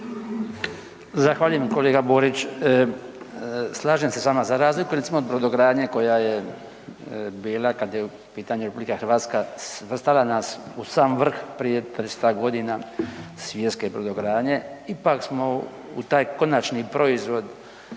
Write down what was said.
Zahvaljujem. Kolega Borić, slažem se s vama. Za razliku recimo od brodogradnje koja je bila kad u pitanju RH svrstala nas u sam vrh prije 300 g. svjetske brodogradnje, ipak smo u taj konačni proizvod